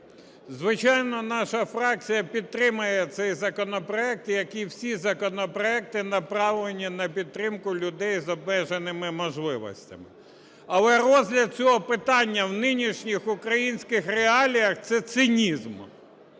Звичайно, наша фракція підтримує цей законопроект, як і всі законопроекти, направлені на підтримку людей з обмеженими можливостями. Але розгляд цього питання в нинішніх українських реаліях – це цинізм.